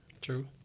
True